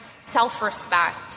self-respect